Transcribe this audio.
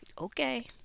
okay